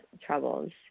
troubles